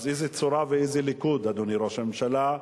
אז איזו צורה ואיזה ליכוד, אדוני ראש הממשלה.